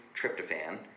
tryptophan